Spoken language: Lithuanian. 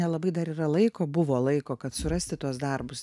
nelabai dar yra laiko buvo laiko kad surasti tuos darbus